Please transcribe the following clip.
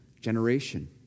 generation